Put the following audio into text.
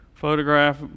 Photograph